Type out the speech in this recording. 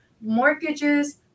Mortgages